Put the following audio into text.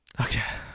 okay